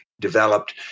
developed